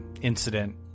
incident